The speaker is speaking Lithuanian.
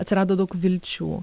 atsirado daug vilčių